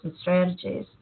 strategies